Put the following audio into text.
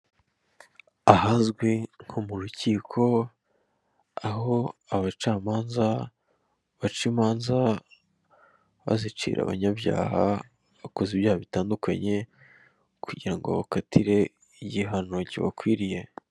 Ahazwi nko mu rukiko aho abacamanza baca imanza bazicira abanyabyaha bakoze ibyaha bitandukanye kugira ngo bakatire igihano kibakwiriye.